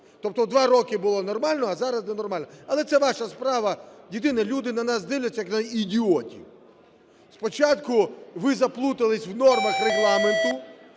Тобто два роки було нормально, а зараз ненормально. Але це ваша справа. Єдине, люди на нас дивляться, як на ідіотів. Спочатку ви заплуталися в нормах Регламенту,